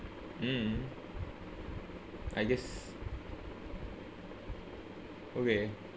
mm I guess okay